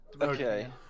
Okay